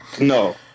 no